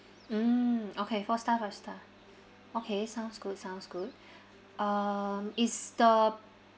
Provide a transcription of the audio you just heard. mm okay four star five star okay sounds good sounds good um is the